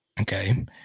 okay